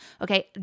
Okay